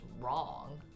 wrong